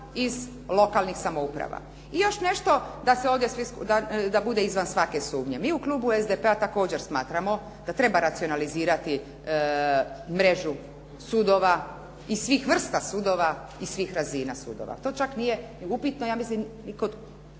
iz lokalnih samouprava. I još nešto da se ovdje svi skupa, da bude izvan svake sumnje. Mi u klubu SDP-a također smatramo da treba racionalizirati mrežu sudova i svih vrsta sudova i svih razina sudova. To čak nije ni upitno ja mislim i kod